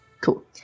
Cool